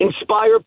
Inspire